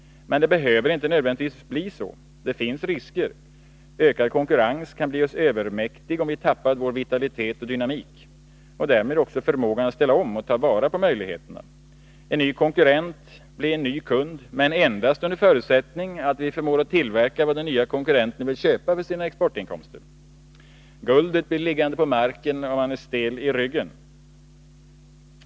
Men det behöver inte nödvändigtvis vara så. Det finns risker. Ökad konkurrens kan bli oss övermäktig om vi tappar vår vitalitet och dynamik och därmed också förmågan att ställa om och ta vara på möjligheterna. En ny konkurrent blir en ny kund, men endast under förutsättning att vi förmår att tillverka vad den nya konkurrenten vill köpa för sina exportinkomster. Guldet blir liggande på marken, om man är stel i ryggen.